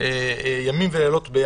טובה, ימים ולילות.